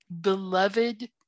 beloved